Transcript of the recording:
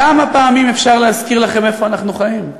כמה פעמים אפשר להזכיר לכם איפה אנחנו חיים?